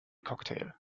cocktail